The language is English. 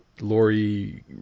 Lori